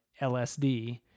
lsd